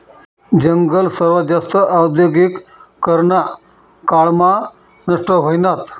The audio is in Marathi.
जंगल सर्वात जास्त औद्योगीकरना काळ मा नष्ट व्हयनात